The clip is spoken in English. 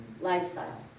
lifestyle